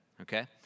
Okay